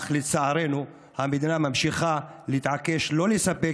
אך לצערנו המדינה ממשיכה להתעקש שלא לספק